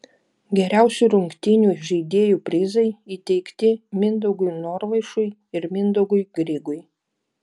geriausių rungtynių žaidėjų prizai įteikti mindaugui norvaišui ir mindaugui grigui